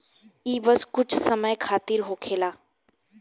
ई बस कुछ समय खातिर होखेला